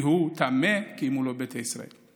כי הוא טמא, כי הוא לא ביתא ישראל.